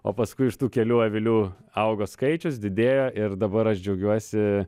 o paskui iš tų kelių avilių augo skaičius didėjo ir dabar aš džiaugiuosi